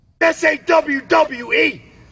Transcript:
S-A-W-W-E